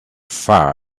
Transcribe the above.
far